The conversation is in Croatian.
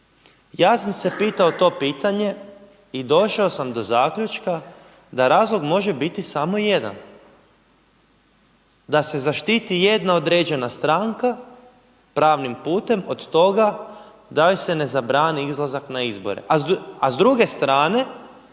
Ja sam se pitao to pitanje i došao sam do zaključka da razlog može biti samo jedan, da se zaštiti jedna određena stranka pravnim putem, od toga da joj se ne zabrani izlazak na izbore, a s druge strane